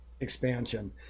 expansion